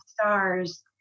stars